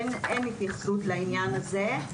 אין התייחסות לעניין הזה.